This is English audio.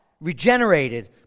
regenerated